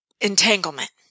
entanglement